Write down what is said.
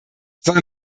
soll